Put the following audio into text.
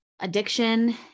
addiction